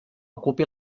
ocupi